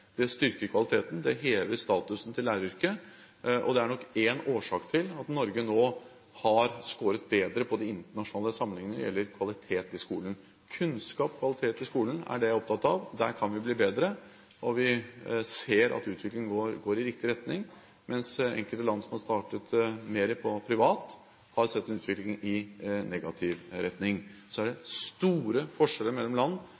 Det styrker kvaliteten, det hever statusen til læreryrket, og det er nok en årsak til at Norge nå har skåret bedre på de internasjonale sammenligningene når det gjelder kvalitet i skolen. Kunnskap og kvalitet i skolen er det jeg er opptatt av. Der kan vi bli bedre. Vi ser at utviklingen går i riktig retning, mens enkelte land som har startet mer i privat retning, har sett en utvikling i negativ retning. Så er det store forskjeller mellom land